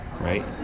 right